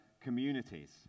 communities